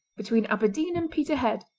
between aberdeen and peterhead,